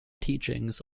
teachings